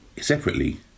separately